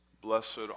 Blessed